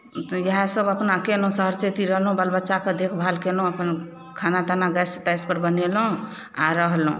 तऽ इएहसभ अपना कयलहुँ सहरचेती रहलहुँ बाल बच्चाके देखभाल कयलहुँ अपन खाना ताना गैस तैसपर बनेलहुँ आ रहलहुँ